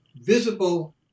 visible